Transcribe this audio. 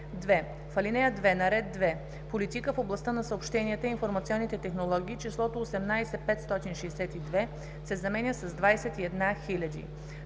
2. в ал. 2: - на ред 2. „Политика в областта на съобщенията и информационните технологии“ числото „18 562,0“ се заменя с „21 000,0“.